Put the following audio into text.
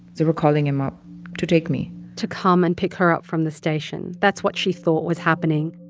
they were calling him up to take me to come and pick her up from the station that's what she thought was happening.